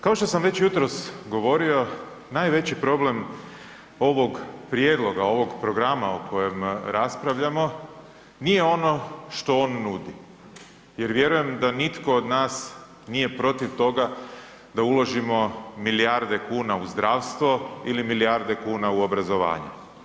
Kao što sam već jutros govorio najveći problem ovog prijedloga, ovog programa o kojem raspravljamo, nije ono što on nudi jer vjerujem da nitko od nas nije protiv toga da uložimo milijarde kuna u zdravstvo ili milijarde kuna u obrazovanje.